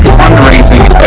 fundraising